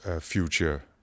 future